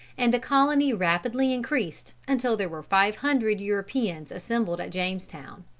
and the colony rapidly increased, until there were five hundred europeans assembled at jamestown.